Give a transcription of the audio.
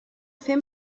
fem